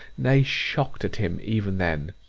nay, shocked at him, even then.